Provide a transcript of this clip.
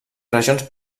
regions